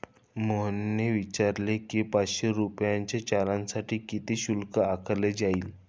मोहनने विचारले की, पाचशे रुपयांच्या चलानसाठी किती शुल्क आकारले जाईल?